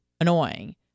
annoying